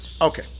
Okay